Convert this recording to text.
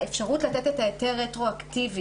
האפשרות לתת את ההיתר רטרואקטיבי